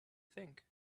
think